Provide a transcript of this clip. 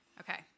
okay